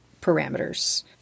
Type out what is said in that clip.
parameters